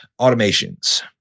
automations